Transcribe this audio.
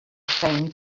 same